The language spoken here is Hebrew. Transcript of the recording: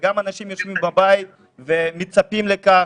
גם אנשים שיושבים בבית מצפים לכך,